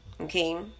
okay